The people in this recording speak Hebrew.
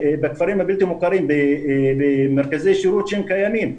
בכפרים הבדואים המוכרים במרכזי שירות שהם קיימים.